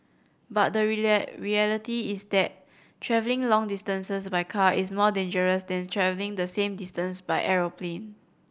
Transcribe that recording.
but the reality is that travelling long distances by car is more dangerous than travelling the same distance by aeroplane